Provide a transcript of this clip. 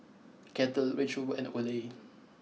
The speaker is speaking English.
Kettle Range Rover and Olay